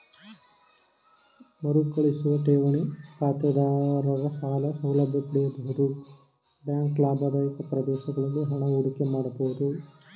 ಮರುಕಳಿಸುವ ಠೇವಣಿ ಖಾತೆದಾರರ ಸಾಲ ಸೌಲಭ್ಯ ಪಡೆಯಬಹುದು ಬ್ಯಾಂಕ್ ಲಾಭದಾಯಕ ಪ್ರದೇಶಗಳಲ್ಲಿ ಹಣ ಹೂಡಿಕೆ ಮಾಡಬಹುದು